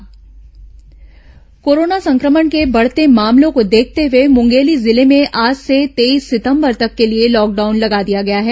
corona समाचार corona संक्रमण के बढ़ते मामलों को देखते हुए मुंगेली जिले में आज से तेईस सितंबर तक के लिए लॉकडाउन लगा दिया गया है